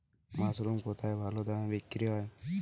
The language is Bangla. মাসরুম কেথায় ভালোদামে বিক্রয় হয়?